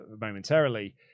momentarily